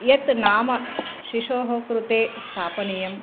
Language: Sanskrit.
यत् नाम शिशोः कृते स्थापनीयं